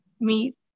meet